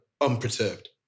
unperturbed